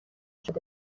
شده